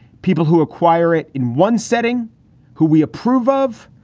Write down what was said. people who acquire it in one setting who we approve of.